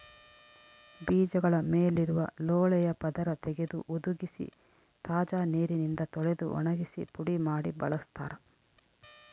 ಬೀಜಗಳ ಮೇಲಿರುವ ಲೋಳೆಯ ಪದರ ತೆಗೆದು ಹುದುಗಿಸಿ ತಾಜಾ ನೀರಿನಿಂದ ತೊಳೆದು ಒಣಗಿಸಿ ಪುಡಿ ಮಾಡಿ ಬಳಸ್ತಾರ